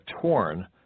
torn